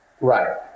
Right